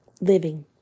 Living